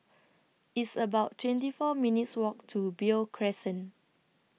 It's about twenty four minutes' Walk to Beo Crescent